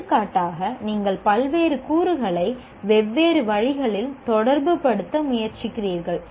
எடுத்துக்காட்டாக நீங்கள் பல்வேறு கூறுகளை வெவ்வேறு வழிகளில் தொடர்புபடுத்த முயற்சிக்கிறீர்கள்